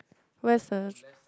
where's the